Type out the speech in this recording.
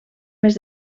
més